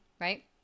right